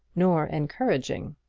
nor encouraging.